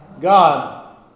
God